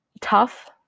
tough